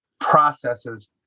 processes